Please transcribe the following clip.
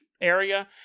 area